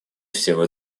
всего